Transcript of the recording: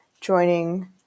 joining